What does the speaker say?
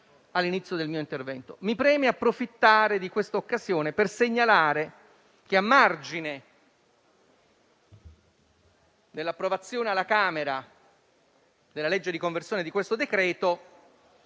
Mi preme approfittare di questa occasione per segnalare che, a margine dell'approvazione alla Camera della legge di conversione del presente